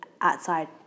outside